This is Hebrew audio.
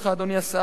אדוני השר,